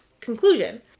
conclusion